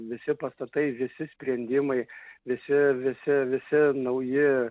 visi pastatai visi sprendimai visi visi visi nauji